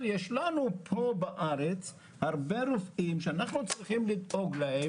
יש לנו פה בארץ הרבה רופאים שאנחנו צריכים לדאוג להם